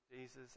Jesus